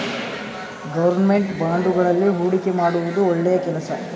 government ಬಾಂಡುಗಳಲ್ಲಿ ಹೂಡಿಕೆ ಮಾಡುವುದು ಒಳ್ಳೆಯ ಕೆಲಸ